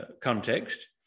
context